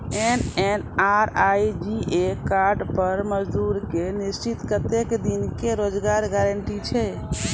MNREGA card पर मजदुर के निश्चित कत्तेक दिन के रोजगार गारंटी छै?